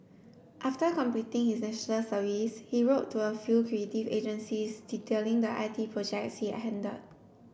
after completing his National Service he wrote to a few creative agencies detailing the I T projects he had handled